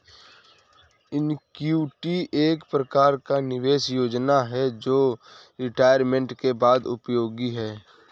annuity एक प्रकार का निवेश योजना है जो रिटायरमेंट के बाद उपयोगी है